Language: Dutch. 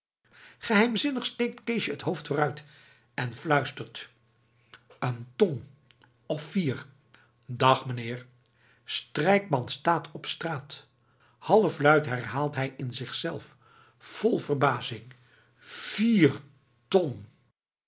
steekt keesje het hoofd vooruit en fluistert een ton of vier dag meneer strijkman staat op straat halfluid herhaalt hij in zichzelf vol verbazing vier ton